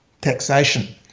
taxation